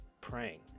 praying